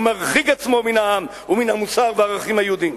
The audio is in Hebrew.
ומרחיק עצמו מן העם ומן המוסר והערכים היהודיים.